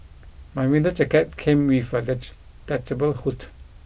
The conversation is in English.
my winter jacket came with a detachable hood